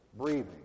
breathing